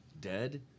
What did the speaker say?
dead